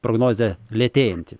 prognozė lėtėjanti